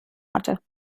hatte